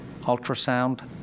Ultrasound